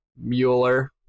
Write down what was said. Mueller